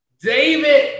David